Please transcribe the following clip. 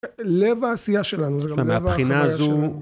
לב העשייה שלנו, זה גם לב החוויה שלנו. ומהבחינה הזו...